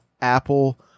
apple